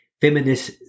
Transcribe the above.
Feminist